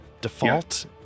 default